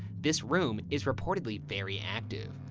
this room is reportedly very active.